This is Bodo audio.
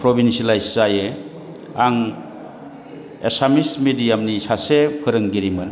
प्रभिन्सियेलाइस जायो आं एसामिस मिडियामनि सासे फोरोंगिरिमोन